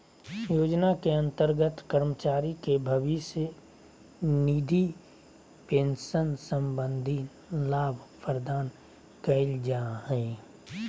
योजना के अंतर्गत कर्मचारी के भविष्य निधि पेंशन संबंधी लाभ प्रदान कइल जा हइ